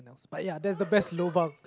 but ya that's the best lobang